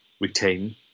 retain